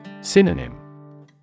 Synonym